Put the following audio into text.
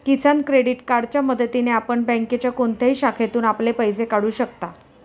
किसान credit कार्डच्या मदतीने आपण बँकेच्या कोणत्याही शाखेतून आपले पैसे काढू शकता